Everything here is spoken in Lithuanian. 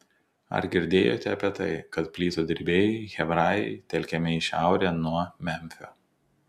ar girdėjote apie tai kad plytų dirbėjai hebrajai telkiami į šiaurę nuo memfio